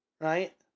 right